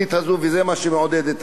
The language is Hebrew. וזה מה שמעודדת המדינה.